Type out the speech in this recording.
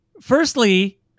firstly